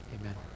amen